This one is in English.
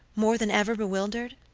more than ever bewildered.